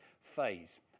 phase